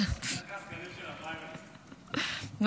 מתחנפת ליו"ר --- למה?